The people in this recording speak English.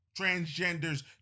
transgenders